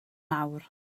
nawr